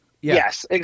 Yes